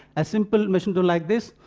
a simple machine tool like this.